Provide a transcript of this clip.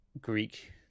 Greek